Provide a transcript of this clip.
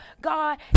God